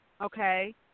okay